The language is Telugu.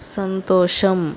సంతోషం